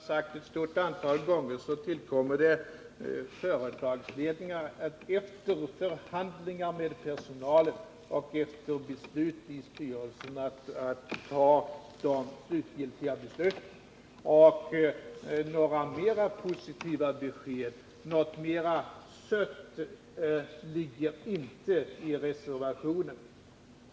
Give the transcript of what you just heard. Herr talman! Som jag har sagt flera gånger tillkommer det företagsledningen att efter förhandlingar med personalen och efter beslut i styrelsen fatta de slutgiltiga besluten. Något mera positivt och sött ligger inte i reservationen.